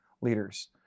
leaders